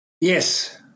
Yes